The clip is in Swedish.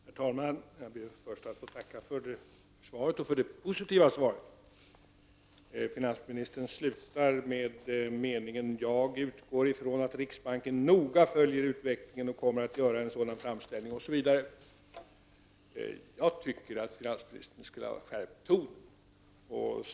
Herr talman! Jag ber först att få tacka för det positiva svaret. Finansministern slutar med: ”Jag utgår från att riksbanken noga följer utvecklingen och kommer att göra en sådan framställning ——-—.” Jag tycker att finansministern skulle ha skärpt tonen.